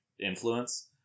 influence